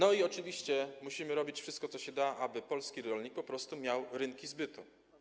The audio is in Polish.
Oczywiście musimy też robić wszystko, co się da, aby polski rolnik po prostu miał rynki zbytu.